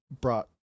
brought